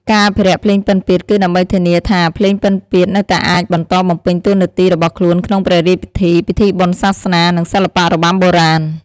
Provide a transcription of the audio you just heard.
ការអភិរក្សភ្លេងពិណពាទ្យ គឺដើម្បីធានាថាភ្លេងពិណពាទ្យនៅតែអាចបន្តបំពេញតួនាទីរបស់ខ្លួនក្នុងព្រះរាជពិធី ពិធីបុណ្យសាសនា និងសិល្បៈរបាំបុរាណ។